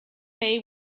bay